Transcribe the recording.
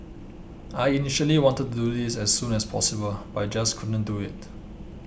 I initially wanted to do this as soon as possible but I just couldn't do it